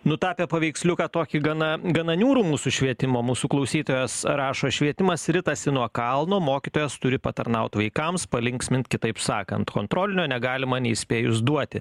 nutapė paveiksliuką tokį gana gana niūrų mūsų švietimo mūsų klausytojas rašo švietimas ritasi nuo kalno mokytojas turi patarnaut vaikams palinksmint kitaip sakant kontrolinio negalima neįspėjus duoti